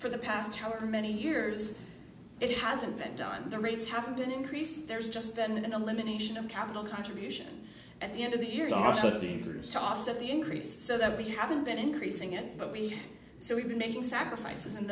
for the past however many years it hasn't been done the rates have been increased there's just been an elimination of capital contribution at the end of the year last thirty years to offset the increased so that we haven't been increasing it but we so we've been making sacrifices and